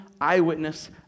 eyewitness